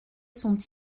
sont